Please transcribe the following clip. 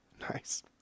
Nice